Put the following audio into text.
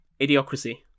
Idiocracy